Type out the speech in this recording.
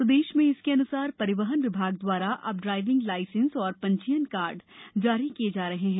प्रदेश में इसके अनुसार परिवहन विभाग द्वारा अब ड्रायविंग लायसेंस एवं पंजीयन कार्ड जारी किये जा रहे हैं